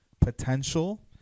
potential